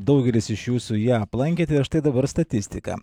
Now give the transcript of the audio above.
daugelis iš jūsų ją aplankėte štai dabar statistika